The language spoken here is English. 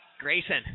Grayson